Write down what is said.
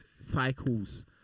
cycles